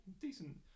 decent